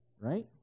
right